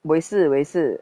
我也是我也是